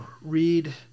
read